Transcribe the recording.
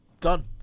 Done